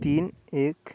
तीन एक